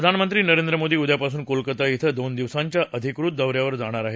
प्रधानमंत्री नरेंद्र मोदी उद्यापासून कोलकत्ता इथ दोन दिवसांच्या अधिकृत दौ यावर जाणार आहेत